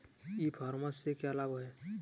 E commerce से क्या क्या लाभ हैं?